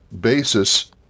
basis